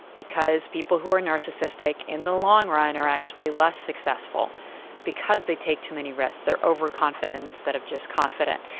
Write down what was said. because people who are narcissistic in the long run are actually less successful because they take too many risks, they are overconfident instead of just confident.